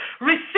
Receive